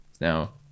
Now